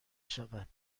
شود